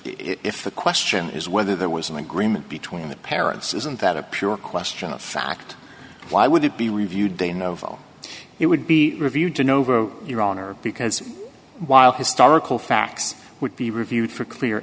if the question is whether there was an agreement between the parents isn't that a pure question of fact why would it be reviewed de novo it would be reviewed to know over iran or because while historical facts would be reviewed for clear